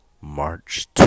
March